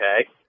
Okay